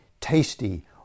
tasty